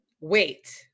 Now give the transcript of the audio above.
wait